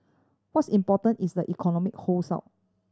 what's important is the economy holds up